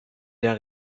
der